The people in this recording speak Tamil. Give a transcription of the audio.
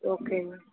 ஓகேங்க